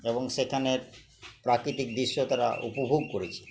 এবং সেখানের প্রাকৃতিক দৃিশ্য তারা উপভোগ করেছে